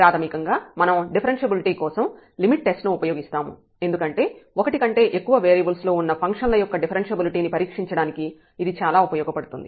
ప్రాథమికంగా మనం డిఫరెన్ష్యబిలిటీ కోసం లిమిట్ టెస్ట్ ను ఉపయోగిస్తాము ఎందుకంటే ఒకటి కంటే ఎక్కువ వేరియబుల్స్ లో ఉన్న ఫంక్షన్ల యొక్క డిఫరెన్ష్యబిలిటీ ని పరీక్షించడానికి ఇది చాలా ఉపయోగపడుతుంది